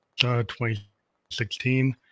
2016